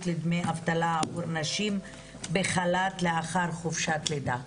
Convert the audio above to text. לדמי אבטלה עבור נשים בחל"ת לאחר חופשת לידה.